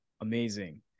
Amazing